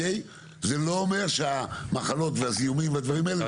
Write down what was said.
זה לא אומר שהמחלות והזיהומים והדברים האלה.